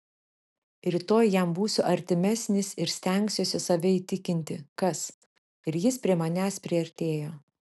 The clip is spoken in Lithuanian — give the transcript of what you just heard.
rytoj jam būsiu artimesnis ir stengsiuosi save įtikinti kas ir jis prie manęs priartėjo